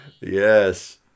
Yes